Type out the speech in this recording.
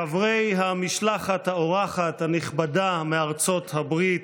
חברי המשלחת האורחת הנכבדה מארצות הברית,